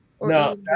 No